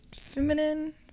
feminine